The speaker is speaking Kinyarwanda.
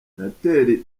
senateri